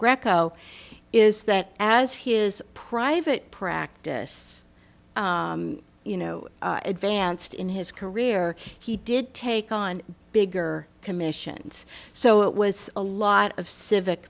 greco is that as his private practice you know advanced in his career he did take on bigger commissions so it was a lot of civic